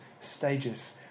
stages